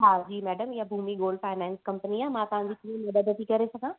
हा जी मैडम इहो भूमी गोल्ड फ़ाइनेस कंपनी आहे मां तव्हांजी कीअं मदद थी करे सघां